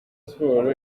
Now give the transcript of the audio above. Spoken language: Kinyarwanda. sports